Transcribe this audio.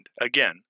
again